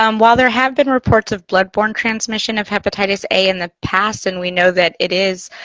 um while there have been reports of bloodborne transmission of hepatitis a in the past. and we know that it is,